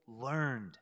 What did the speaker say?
learned